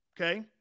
Okay